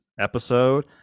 episode